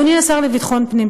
אדוני השר לביטחון הפנים,